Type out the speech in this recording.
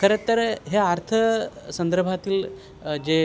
खरं तर हे अर्थ संदर्भातील जे